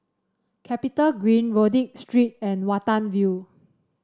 CapitaGreen Rodyk Street and Watten View